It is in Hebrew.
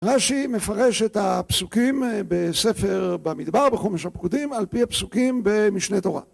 רש"י מפרש את הפסוקים בספר במדבר בחומש הפקודים על פי הפסוקים במשנה תורה